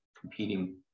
competing